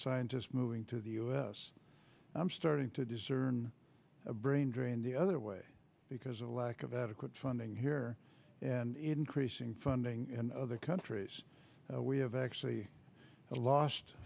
scientists moving to the u s i'm starting to discern a brain drain the other way because a lack of adequate funding here and increasing funding in other countries we have actually lost